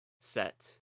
Set